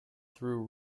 threw